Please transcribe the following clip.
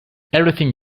everything